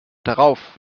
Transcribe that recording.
darauf